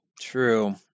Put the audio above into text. True